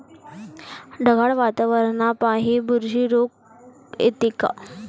ढगाळ वातावरनापाई बुरशी रोग येते का?